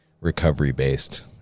recovery-based